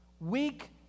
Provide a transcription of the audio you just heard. Weak